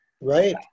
Right